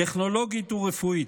טכנולוגית ורפואית.